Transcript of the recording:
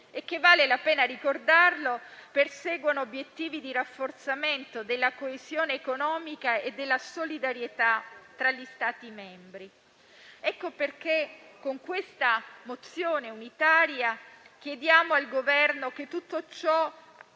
e che - vale la pena ricordarlo - perseguono obiettivi di rafforzamento della coesione economica e della solidarietà tra gli Stati membri. Ecco perché, con questa mozione unitaria, chiediamo al Governo di